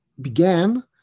began